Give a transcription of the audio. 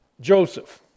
Joseph